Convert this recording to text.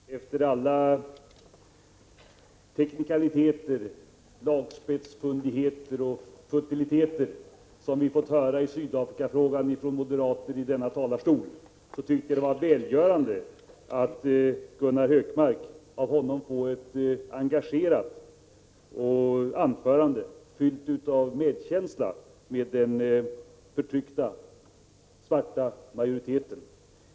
Herr talman! Efter alla teknikaliteter, lagspetsfundigheter och futiliteter som vi fått höra i Sydafrikafrågan från moderater i denna talarstol tycker jag det var välgörande att av Gunnar Hökmark få ett engagerat anförande, fyllt av medkänsla med den förtryckta svarta majoriteten.